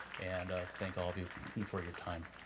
and thank all of you and for your time.